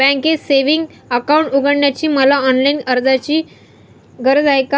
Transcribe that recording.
बँकेत savings account उघडण्यासाठी मला ऑनलाईन अर्जाची गरज आहे का?